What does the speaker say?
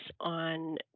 on